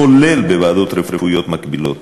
כולל בוועדות רפואיות מקבילות,